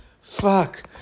fuck